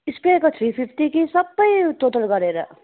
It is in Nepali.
स्प्रेको थ्री फिफ्टी कि सबै टोटल गरेर